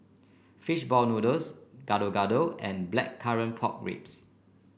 fish ball noodles Gado Gado and Blackcurrant Pork Ribs